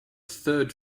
third